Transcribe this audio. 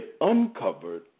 uncovered